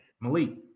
Malik